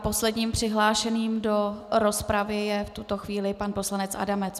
Posledním přihlášeným do rozpravy je v tuto chvíli pan poslanec Adamec.